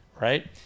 Right